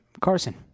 Carson